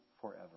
forever